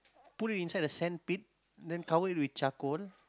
put it inside a sand pit then cover it with charcoal